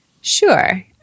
Sure